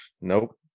Nope